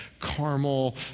caramel